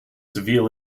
severe